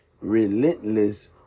relentless